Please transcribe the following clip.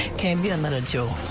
can be a minute too.